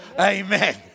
Amen